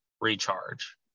recharge